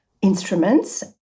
instruments